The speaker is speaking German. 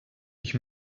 ich